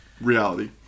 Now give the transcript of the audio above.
reality